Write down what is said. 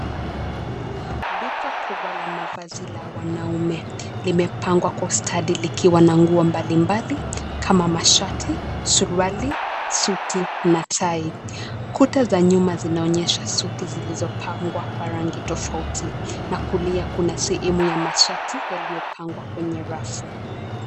Duka kubwa la mavazi la wanaume; limepangwa kwa ustadi likiwa na nguo mbalimbali kama mashati, suruali, suti na tai. Kuta za nyuma zinaonyesha suti zilizopangwa kwa rangi tofauti na kulia kuna sehemu ya mashati yaliyopangwa kwenye rafu.